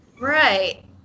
Right